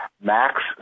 Max